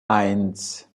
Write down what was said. eins